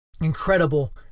incredible